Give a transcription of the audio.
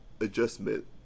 adjustment